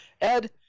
Ed